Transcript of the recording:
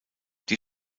die